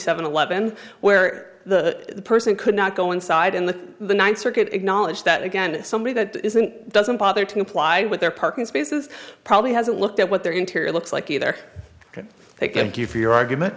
seven eleven where the person could not go inside in the ninth circuit acknowledge that again somebody that doesn't bother to comply with their parking spaces probably hasn't looked at what their interior looks like either thank you for your argument